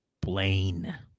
Blaine